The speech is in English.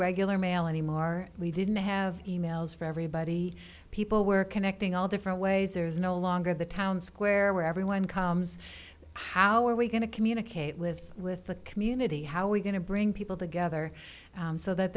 regular mail anymore we didn't have e mails for everybody people were connecting all different ways there's no longer the town square where everyone comes how are we going to communicate with with the community how are we going to bring people together so that